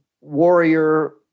warrior